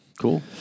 cool